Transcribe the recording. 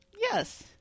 Yes